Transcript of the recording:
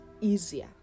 easier